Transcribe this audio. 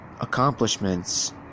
accomplishments